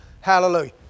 Hallelujah